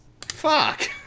fuck